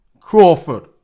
crawford